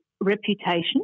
reputation